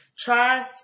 Try